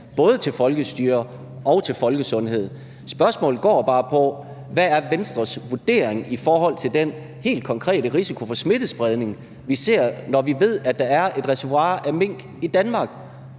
både til folkestyre og til folkesundhed. Spørgsmålet går bare på, hvad Venstres vurdering er i forhold til den helt konkrete risiko for smittespredning, vi ser, når vi ved, at der er et reservoir af mink i Danmark,